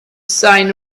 sign